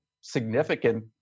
significant